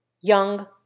Young